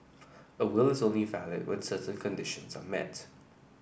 a will is only valid when certain conditions are met